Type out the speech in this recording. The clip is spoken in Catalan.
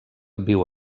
viu